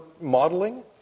modeling